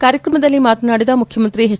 ಕಾರ್ಯಕ್ರಮದಲ್ಲಿ ಮಾತನಾಡಿದ ಮುಖ್ಯಮಂತ್ರಿ ಹೆಚ್